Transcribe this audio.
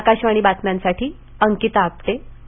आकाशवाणी बातम्यांसाठी अंकिता आपटे पुणे